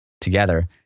together